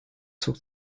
zog